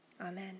Amen